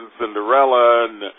Cinderella